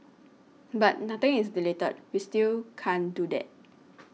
but nothing is deleted we still can't do that